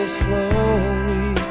slowly